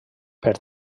per